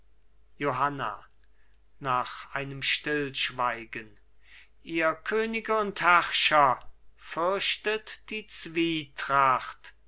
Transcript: johanna nach einem stillschweigen ihr könige und herrscher fürchtet die zwietracht